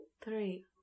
Three